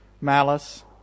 malice